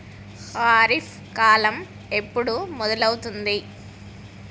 ఖరీఫ్ కాలం ఎప్పుడు మొదలవుతుంది?